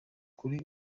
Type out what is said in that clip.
kuri